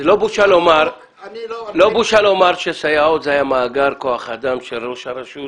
לא בושה לומר שסייעות זה היה מאגר כוח אדם של ראש הרשות